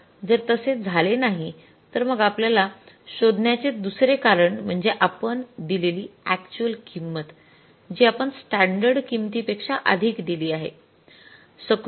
किंवा जर तसे झाले नाही तर मग आपल्याला शोधण्याचे दुसरे कारण म्हणजे आपण दिलेली अक्चुअल किंमत जी आपण स्टॅंडर्ड किंमतीपेक्षा अधिक दिली आहे